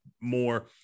more